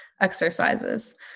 exercises